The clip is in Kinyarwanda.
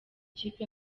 ikipe